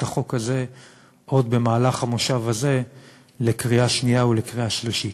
החוק הזה עוד במהלך המושב הזה לקריאה שנייה ולקריאה שלישית.